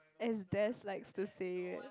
as Des likes to say it